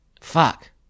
Fuck